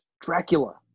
Dracula